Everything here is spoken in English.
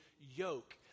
yoke